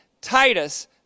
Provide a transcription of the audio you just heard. Titus